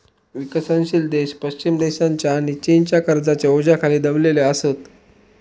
विकसनशील देश पश्चिम देशांच्या आणि चीनच्या कर्जाच्या ओझ्याखाली दबलेले असत